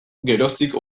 geroztik